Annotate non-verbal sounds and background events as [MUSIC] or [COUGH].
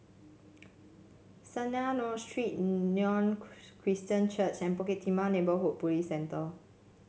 [UNINTELLIGIBLE] Street [UNINTELLIGIBLE] Christian Church and Bukit Timah Neighbourhood Police Centre